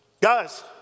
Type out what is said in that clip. guys